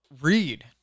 read